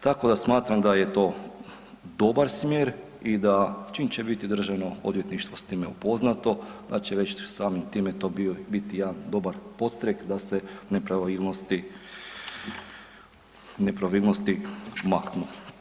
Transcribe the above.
Tako da smatram da je to dobar smjer i da čim će biti Državno odvjetništvo s time upoznato, da će već samim time to biti jedan dobar podstrek da se nepravilnosti, nepravilnosti maknu.